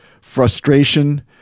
frustration